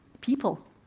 People